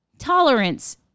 Tolerance